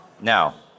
Now